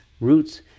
roots